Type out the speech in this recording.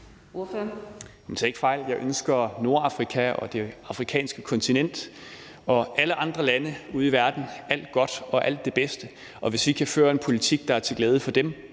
jeg ønsker Nordafrika og det afrikanske kontinent og alle andre lande ude i verden alt godt og alt det bedste, og hvis vi kan føre en politik, der er til glæde for dem